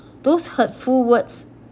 those hurtful words